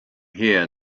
here